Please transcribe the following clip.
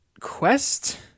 quest